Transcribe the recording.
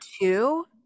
two